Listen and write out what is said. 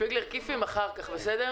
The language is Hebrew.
הצעת חוק שלי ושל מיקי לוי דיברה על